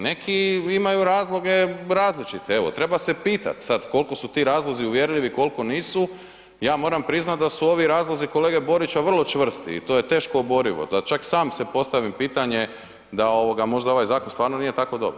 Neki imaju razloge različite, evo treba se pitat sad koliko su ti razlozi uvjerljivi, koliko nisu, ja moram priznat da su ovi razlozi kolege Borića vrlo čvrsti i to je teško oborivo da čak sam si postavim pitanje da možda ovaj zakon stvarno nije tako dobar.